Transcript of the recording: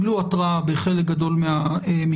מוסדות בריאות ורווחה קיבלו התרעה בחלק גדול מהמקרים.